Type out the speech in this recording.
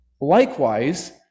Likewise